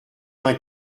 vingt